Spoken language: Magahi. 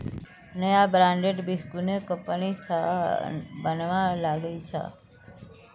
नया ब्रांडेर बिस्कुट कंगनी स बनवा लागिल छ